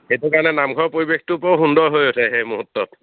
সেইটো কাৰণে নামঘৰ পৰিৱেশটো বৰ সুন্দৰ হৈ উঠে সেই মূহুৰ্তত